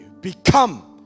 Become